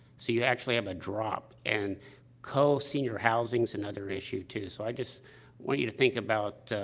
so you actually have a drop. and co-senior housing's another issue, too. so, i just want you to think about, ah,